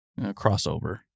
crossover